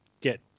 get